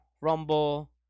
Rumble